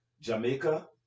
jamaica